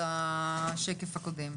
לשקף הקודם.